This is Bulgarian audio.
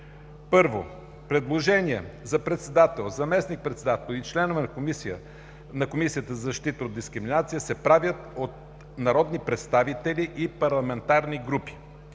им. 1. Предложения за председател, заместник-председател и членове на Комисията за защита от дискриминация се правят от народни представители и парламентарни групи.